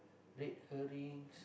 red herrings